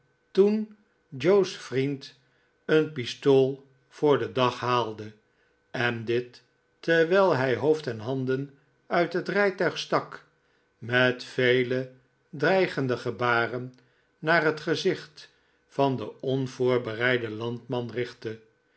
toen joe's vriend een pistool voor'den dag haalde en dit terwijl hij hoofd en handen uit het rijtuig stak met vele dreigende gebaren naar het gezicht van den onvoorbereiden landman richtte